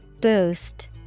Boost